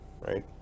right